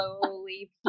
slowly